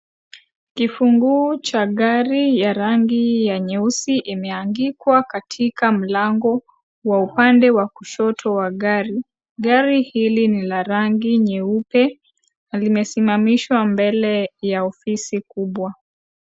kifuguu cha gari ya rangi ya nyeusi imeangikwa katika mlango wa upande wa kushoto wa gari, gari hili ni la rangi nyeupe limesimamishwa mbele ya ofisi kubwa.